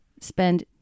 Spend